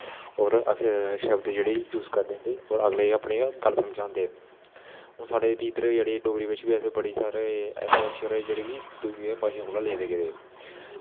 होर शब्द जेह्ड़े यूस करदे न ते अगले गी अपनी गल्ल समझांदे न हून साढ़े बी इद्धर जेह्ड़े डोगरी बिच्च बी बड़े सारे ऐसे अक्षर ऐ कि जेह्ड़े दुइयें भाशें कोला दा लेदे गेदे